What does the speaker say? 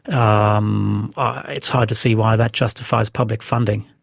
um ah it's hard to see why that justifies public funding.